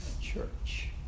church